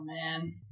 man